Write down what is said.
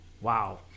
wow